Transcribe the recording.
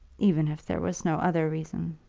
even if there were no other reason.